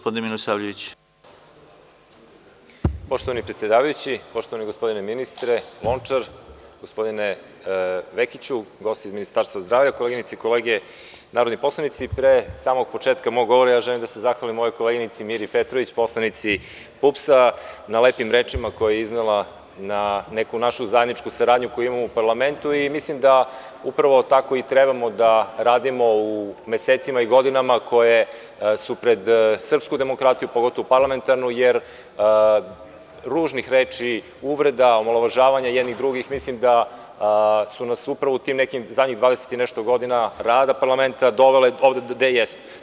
Poštovani predsedavajući, poštovani gospodine ministre Lončar, gospodine Vekiću, gosti iz Ministarstva zdravlja, koleginice i kolege narodni poslanici, pre samog početka mog govora ja želim da se zahvalim mojoj koleginici Miri Petrović, poslanici PUPS, na lepim rečima koje je iznela na neku našu zajedničku saradnju koju imamo u parlamentu i mislim da upravo tako i treba da radimo u mesecima i godinama koje su pred srpskom demokratijom, pogotovo parlamentarnom, jer ružnih reči, uvreda, omalovažavanja jednih, drugih, mislim da su nas upravo u tih nekih zadnjih 20 i nešto godina rada parlamenta dovele ovde gde jesmo.